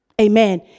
Amen